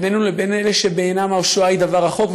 בינינו לבין אלה שבעיניהם השואה היא דבר רחוק,